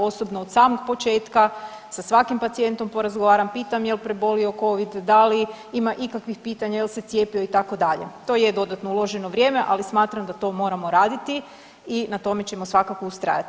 Osobno od samih početka sa svakim pacijentom porazgovaram pitam jel prebolio covid, da li ima ikakvih pitanja, jel se cijepio itd. to je dodatno uloženo vrijeme, ali smatram da to moramo raditi i na tome ćemo svakako ustrajati.